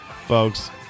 Folks